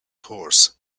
horse